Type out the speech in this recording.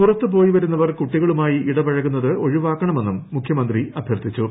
പുറത്തുപോയി വരുന്നവർ കുട്ടികളുമായി ഇടപഴകുന്നത് ഒഴിവാക്കണമെന്നും മുഖ്യമന്ത്രി അഭ്യർത്ഥിച്ചു